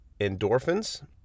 endorphins